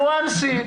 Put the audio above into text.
בניואנסים.